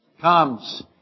comes